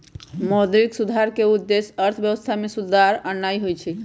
मौद्रिक सुधार के उद्देश्य अर्थव्यवस्था में सुधार आनन्नाइ होइ छइ